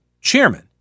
chairman